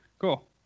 Cool